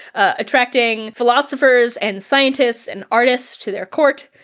attracting philosophers and scientists and artists to their court.